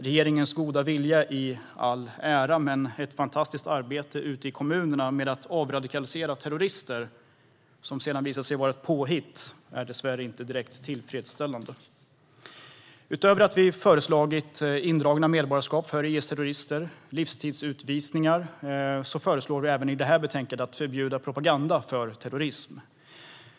Regeringens goda vilja i all ära, men ett fantastiskt arbete ute i kommunerna med att avradikalisera terrorister, som sedan visar sig vara ett påhitt, är dessvärre inte direkt tillfredsställande. Utöver att vi förslagit indragna medborgarskap för IS-terrorister samt livstidsutvisningar föreslår vi även i betänkandet att man ska förbjuda propaganda för terrorism.